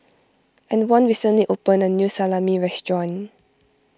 Antwon recently opened a new Salami restaurant